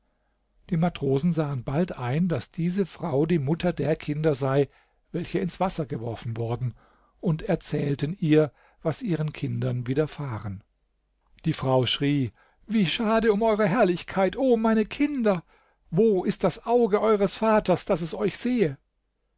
die matrosen sahen bald ein daß diese frau die mutter der kinder sei welche ins wasser geworfen worden und erzählten ihr was ihren kindern widerfahren die frau schrie wie schade um eure herrlichkeit o meine kinder wo ist das auge eures vaters daß es euch sehe